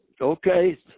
okay